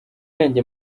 yanjye